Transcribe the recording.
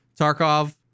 Tarkov